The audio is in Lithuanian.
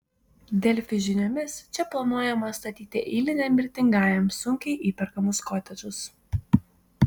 delfi žiniomis čia planuojama statyti eiliniam mirtingajam sunkiai įperkamus kotedžus